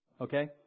Okay